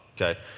Okay